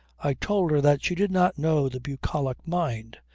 i told her that she did not know the bucolic mind.